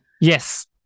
Yes